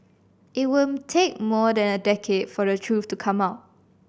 it would take more than a decade for the truth to come out